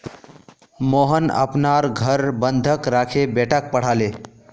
मोहन अपनार घर बंधक राखे बेटाक पढ़ाले